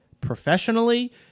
professionally